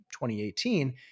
2018